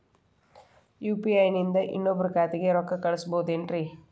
UPI ನಿಂದ ಇನ್ನೊಬ್ರ ಖಾತೆಗೆ ರೊಕ್ಕ ಕಳ್ಸಬಹುದೇನ್ರಿ?